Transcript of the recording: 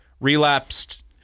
relapsed